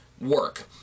work